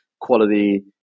quality